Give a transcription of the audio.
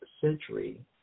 century